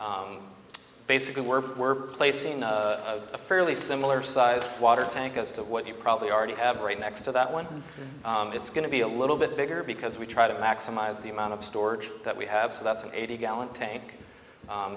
house basically we're we're placing a fairly similar sized water tank as to what you probably already have right next to that one it's going to be a little bit bigger because we try to maximize the amount of storage that we have so that's an eighty gallon tank